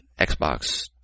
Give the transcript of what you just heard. Xbox